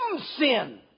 sin